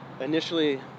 Initially